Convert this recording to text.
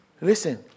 Listen